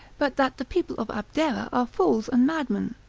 but that the people of abdera are fools and madmen.